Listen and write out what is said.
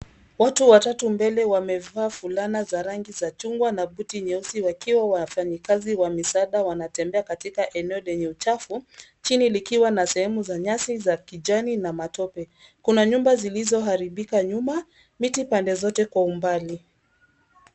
Watu watatu mbele wamevaa fulana za rangi za chungwa na buti nyeusi wakiwa wafanyikazi wa misaada wanatembea katika eneo lenye uchafu, chini likiwa na sehemu za nyasi za kijani na matope. Kuna nyumba zilizoharibika nyuma. Miti pande zote kwa umbali.